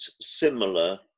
similar